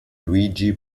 luigi